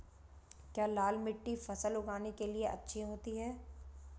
क्या लाल मिट्टी फसल उगाने के लिए अच्छी होती है?